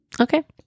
okay